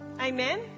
Amen